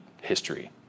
history